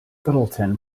littleton